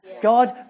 God